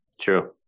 True